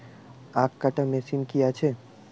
আখ কাটা মেশিন কি আছে?